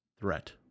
threat